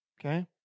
Okay